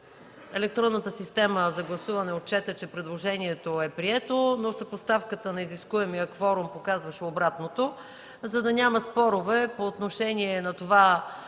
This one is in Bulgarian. електронната система за гласуване отчете, че предложението е прието, но съпоставката на изискуемия кворум показваше обратното. За да няма спорове по отношение на това